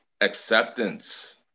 acceptance